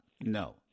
No